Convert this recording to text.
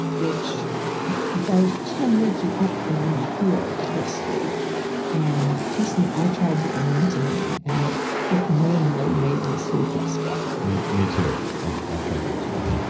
which both can wake you up and interfere with sleep and personally, i tried the galantamine and it it mainly made me sleep less well me me too. i've tried that as well